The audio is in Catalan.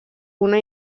una